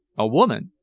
a woman!